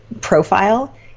profile